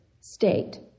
state